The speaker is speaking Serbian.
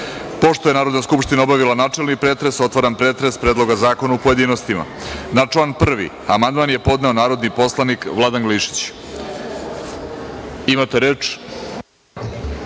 je Narodna skupština obavila načelni pretres, otvaram pretres Predloga zakona u pojedinostima. Na član 1. amandman je podneo narodni poslanik Vladan Glišić. Imate reč.